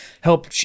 help